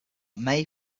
may